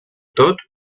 tot